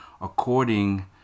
according